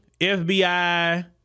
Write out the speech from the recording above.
FBI